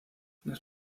las